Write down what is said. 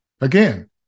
Again